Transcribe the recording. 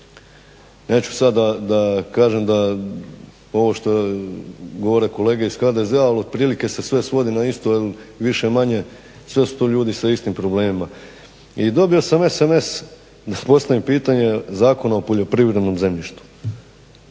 Neću sad da kažem da ovo što govore kolege iz HDZ-a al se otprilike sve svodi na isto, više-manje sve su to ljudi sa istim problemima. I dobio sam SMS da postavim pitanje Zakona o poljoprivrednom zemljištu.